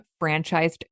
franchised